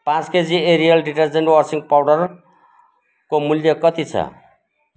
पाँच KG Ariel detergent washing पाउडरको मूल्य कति छ